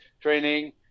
training